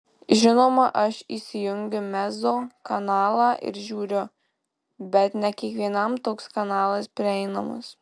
žinoma aš įsijungiu mezzo kanalą ir žiūriu bet ne kiekvienam toks kanalas prieinamas